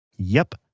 yep,